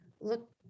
look